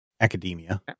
academia